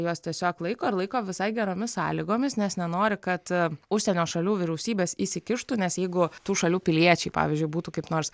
juos tiesiog laiko ir laiko visai geromis sąlygomis nes nenori kad užsienio šalių vyriausybės įsikištų nes jeigu tų šalių piliečiai pavyzdžiui būtų kaip nors